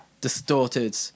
distorted